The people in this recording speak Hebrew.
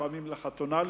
לפעמים לחתונה,